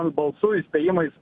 balsų įspėjimais